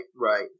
right